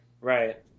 Right